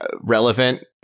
relevant